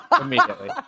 immediately